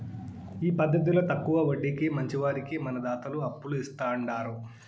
ఈ పద్దతిల తక్కవ వడ్డీకి మంచివారికి మన దాతలు అప్పులు ఇస్తాండారు